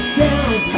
down